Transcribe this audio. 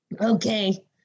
Okay